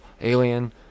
Alien